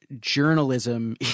journalism